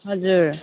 हजुर